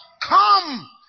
Come